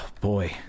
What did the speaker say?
boy